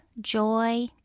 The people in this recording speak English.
joy